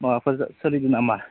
माबाफोर सोलिदों नामा